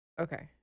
Okay